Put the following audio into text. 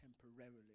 temporarily